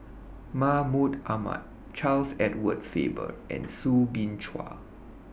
Mahmud Ahmad Charles Edward Faber and Soo Bin Chua